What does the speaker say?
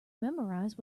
memorize